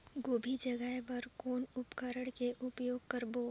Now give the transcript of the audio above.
गोभी जगाय बर कौन उपकरण के उपयोग करबो?